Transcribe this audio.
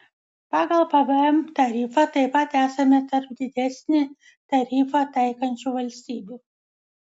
pagal pvm tarifą taip pat esame tarp didesnį tarifą taikančių valstybių